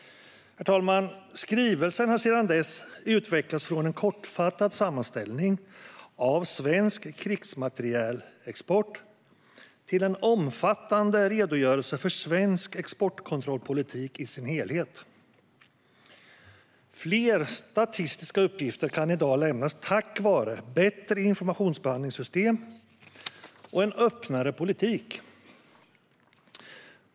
Herr talman! Skrivelsen har sedan dess utvecklats från en kortfattad sammanställning av svensk krigsmaterielexport till en omfattande redogörelse för svensk exportkontrollpolitik i sin helhet. Fler statistiska uppgifter kan i dag lämnas tack vare bättre informationsbehandlingssystem och en öppnare politik.